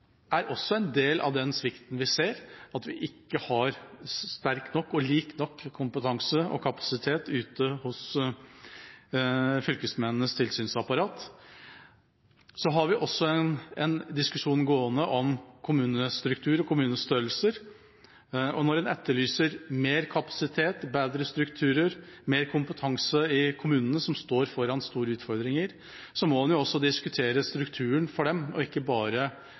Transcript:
en del av den svikten vi ser, at vi ikke har sterk nok og lik nok kompetanse og kapasitet ute hos fylkesmennenes tilsynsapparat? Så har vi en diskusjon gående om kommunestruktur og kommunestørrelser. Når man etterlyser mer kapasitet og bedre strukturer, mer kompetanse i kommunene, som står foran store utfordringer, må man også diskutere strukturen for dem og ikke bare